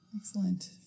excellent